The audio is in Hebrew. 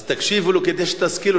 אז תקשיבו לו כדי שתשכילו,